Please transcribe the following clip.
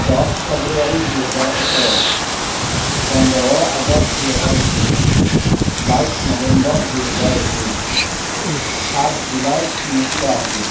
দহ ফেব্ৰুৱাৰী দুহেজাৰ ওঠৰ পোন্ধৰ আগষ্ট দুহেজাৰ বিছ বাইছ নৱেম্বৰ দুই হেজাৰ একৈছ সাত জুলাই ঊনৈছশ আশী